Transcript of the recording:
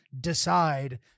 decide